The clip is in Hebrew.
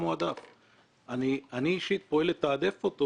אני אישית פועל לתעדף אותו